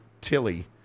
Tilly